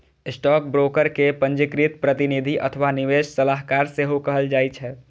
stockbroker कें पंजीकृत प्रतिनिधि अथवा निवेश सलाहकार सेहो कहल जाइ छै